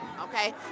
Okay